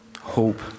hope